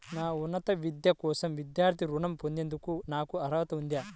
నా ఉన్నత విద్య కోసం విద్యార్థి రుణం పొందేందుకు నాకు అర్హత ఉందా?